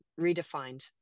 redefined